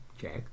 Check